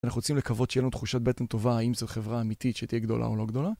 אנחנו רוצים לקוות שיהיה לנו תחושת בטן טובה, האם זו חברה אמיתית שתהיה גדולה או לא גדולה.